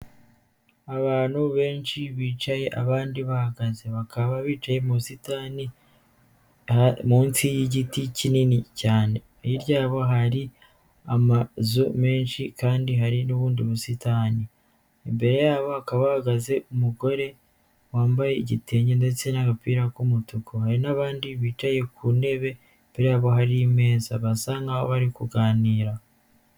Abantu benshi bicaye abandi bahagaze, bakaba bicaye mu busitani munsi y'igiti kinini cyane, hirya yabo hari amazu menshi kandi hari n'ubundi busitani, imbere yabo hakaba hahagaze umugore wambaye igitenge ndetse n'agapira k'umutuku, hari n'abandi bicaye ku ntebe imbere yabo hari basa nkaho bari kuganira.